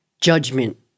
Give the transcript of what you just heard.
judgment